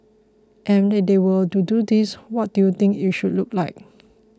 and if they were to do this what do you think it should look like